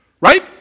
Right